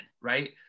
right